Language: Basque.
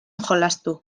jolastu